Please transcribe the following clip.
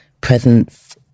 presence